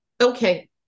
Okay